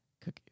cookies